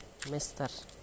Mr